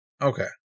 okay